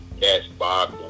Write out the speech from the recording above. Cashbox